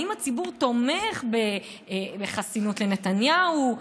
האם הציבור תומך בחסינות לנתניהו,